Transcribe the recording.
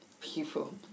people